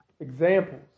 examples